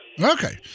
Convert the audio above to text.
Okay